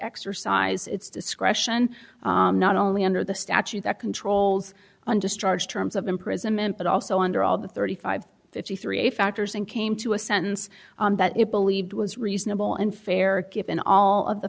exercise its discretion not only under the statute that controls on just charge terms of imprisonment but also under all the thirty five fifty three factors and came to a sentence that it believed was reasonable and fair given all